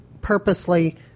purposely